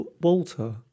Walter